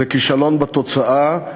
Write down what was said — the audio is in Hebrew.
זה כישלון בתוצאה,